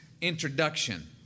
introduction